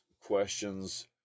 questions